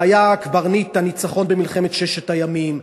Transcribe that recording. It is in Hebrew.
והיה קברניט הניצחון במלחמת ששת הימים,